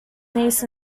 niece